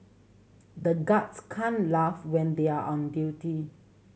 the guards can't laugh when they are on duty